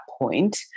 point